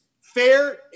fair